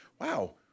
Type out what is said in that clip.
wow